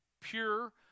pure